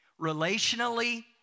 relationally